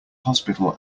hospital